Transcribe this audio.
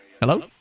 Hello